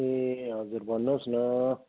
ए हजुर भन्नुहोस् न